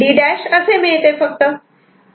CD' असे मिळते